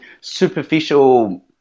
superficial